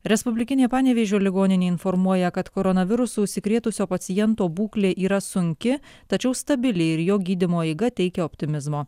respublikinė panevėžio ligoninė informuoja kad koronavirusu užsikrėtusio paciento būklė yra sunki tačiau stabili ir jo gydymo eiga teikia optimizmo